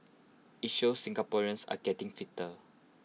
IT shows Singaporeans are getting fitter